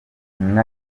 inka